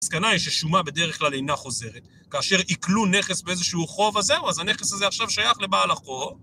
המסקנה היא ששומה בדרך כלל אינה חוזרת. כאשר עיקלו נכס באיזשהו חוב, אז זהו, אז הנכס הזה עכשיו שייך לבעל החוב.